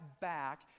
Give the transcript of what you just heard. back